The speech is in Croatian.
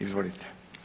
Izvolite.